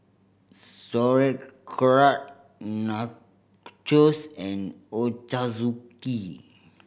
Sauerkraut Nachos and Ochazuke